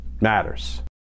matters